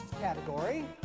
category